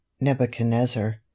nebuchadnezzar